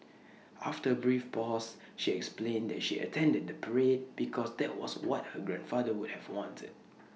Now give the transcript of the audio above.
after A brief pause she explained that she attended the parade because that was what her grandfather would have wanted